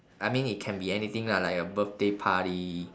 I mean it can be anything lah like a birthday party